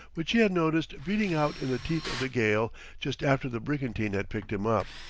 which he had noticed beating out in the teeth of the gale just after the brigantine had picked him up.